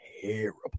terrible